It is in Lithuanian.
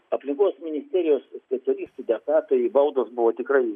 aplinkos ministerijos specialistų dėka tai baudos buvo tikrai